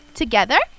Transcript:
together